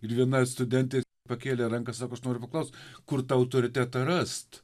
ir viena studentė pakėlė ranką sako aš noriu paklaust kur tą autoritetą rast